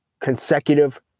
consecutive